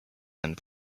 and